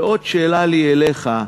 ועוד שאלה לי אליך.